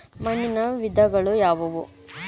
ಮಣ್ಣಿನ ವಿಧಗಳು ಯಾವುವು?